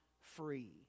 free